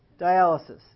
dialysis